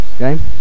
Okay